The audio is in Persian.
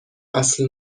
اصل